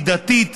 מידתית,